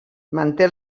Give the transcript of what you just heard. manté